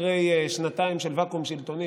אחרי שנתיים של ואקום שלטוני,